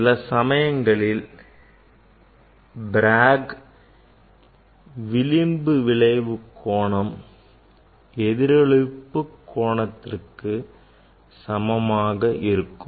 சில சமயங்களில் Bragg விளிம்பு விளைவு கோணம் எதிரொளிப்பு கோணத்திற்கு சமமாக இருக்கும்